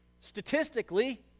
Statistically